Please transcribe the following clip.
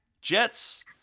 Jets